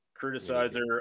Criticizer